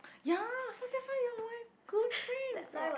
ya so that's why you are my good friend girl